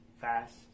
fast